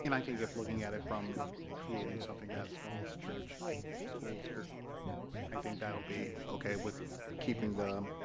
and i think if looking at it from creating something that's falls church school specific i think that'll be okay with keeping the